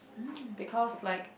because like